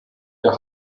der